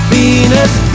Venus